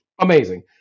amazing